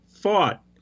fought